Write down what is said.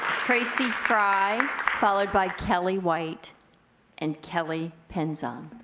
tracy frye followed by kelly white and kelly pinzon.